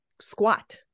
squat